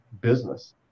business